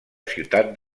ciutat